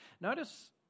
Notice